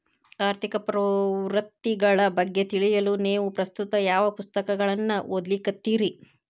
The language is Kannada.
ಆರ್ಥಿಕ ಪ್ರವೃತ್ತಿಗಳ ಬಗ್ಗೆ ತಿಳಿಯಲು ನೇವು ಪ್ರಸ್ತುತ ಯಾವ ಪುಸ್ತಕಗಳನ್ನ ಓದ್ಲಿಕತ್ತಿರಿ?